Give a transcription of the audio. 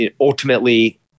ultimately